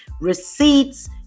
receipts